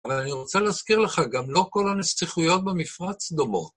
אבל אני רוצה להזכיר לך, גם לא כל הנסיכויות במפרץ דומות.